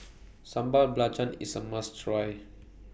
Sambal Belacan IS A must Try